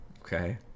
Okay